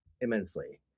immensely